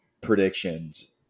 predictions